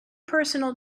personal